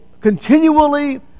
continually